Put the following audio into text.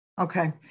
Okay